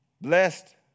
blessed